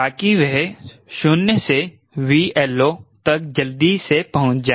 ताकी वह शून्य से 𝑉LO तक जल्दी से पहुंच जाए